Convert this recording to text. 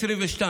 2022